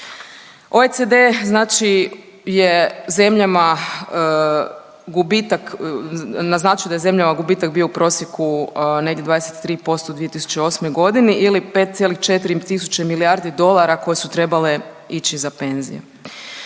OECD znači je zemljama gubitak, naznačio da je zemljama gubitak bio u prosjeku negdje 23% u 2008.g. ili 5,4 tisuće milijardi dolara koje su trebale ići za penzije.